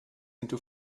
into